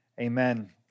Amen